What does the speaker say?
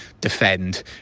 defend